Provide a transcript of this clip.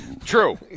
True